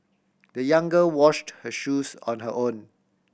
the young girl washed her shoes on her own